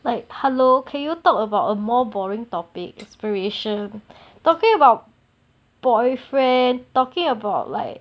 like hello can you talk about a more boring topic aspiration talking about boyfriend talking about like